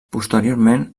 posteriorment